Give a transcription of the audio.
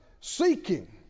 seeking